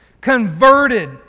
converted